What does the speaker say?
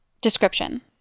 Description